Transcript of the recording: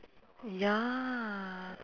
ya